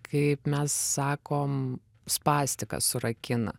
kaip mes sakom spastiką surakina